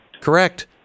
Correct